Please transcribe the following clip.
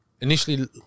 initially